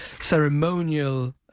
ceremonial